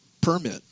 permit